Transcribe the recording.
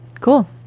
Cool